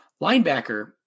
linebacker